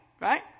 Right